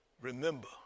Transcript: Remember